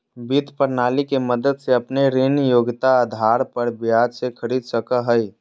वित्त प्रणाली के मदद से अपने ऋण योग्यता आधार पर बाजार से खरीद सको हइ